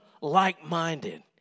like-minded